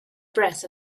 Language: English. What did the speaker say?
breath